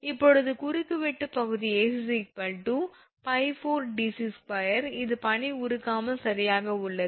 இப்போது குறுக்குவெட்டு பகுதி 𝐴𝐶 𝜋4𝑑𝑐2 இது பனி உருவாகாமல் சரியாக உள்ளது